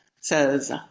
says